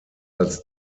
als